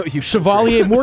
Chevalier